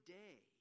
day